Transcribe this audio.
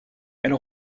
elle